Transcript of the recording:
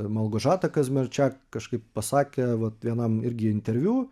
malgožata kazmerčak kažkaip pasakė vat vienam irgi interviu